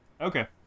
Okay